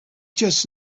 just